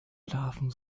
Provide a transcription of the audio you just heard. larven